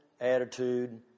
attitude